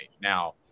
Now